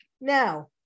Now